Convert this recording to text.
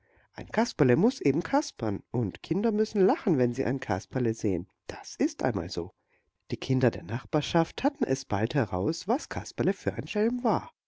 ein kasperle muß eben kaspern und kinder müssen lachen wenn sie ein kasperle sehen das ist einmal so die kinder der nachbarschaft hatten es bald heraus was kasperle für ein schelm war